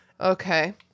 Okay